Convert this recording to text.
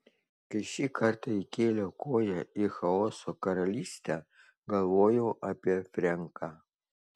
kai šį kartą įkėliau koją į chaoso karalystę galvojau apie frenką